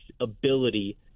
ability